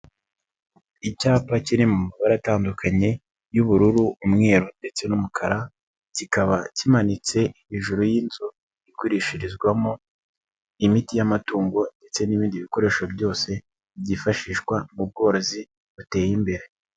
Icyapa kirimo ama baratandukanye y'ubururu, umweru ndetse n'umukara, kikaba kimanitse hejuru y'inzu igurishirizwamo imiti y'amatungo ndetse n'ibindi bikoresho byose byifashishwa mu bworozi buteye imbere.